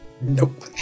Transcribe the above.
Nope